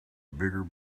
bigger